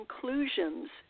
conclusions